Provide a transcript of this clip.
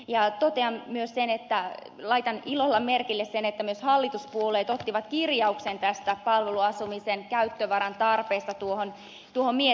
jää tuottajan ja sen että laitan ilolla merkille sen että myös hallituspuolueet ottivat kirjauksen tästä palveluasumisen käyttövaran tarpeesta tuohon mietintöön